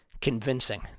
convincing